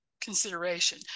consideration